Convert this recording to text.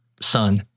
son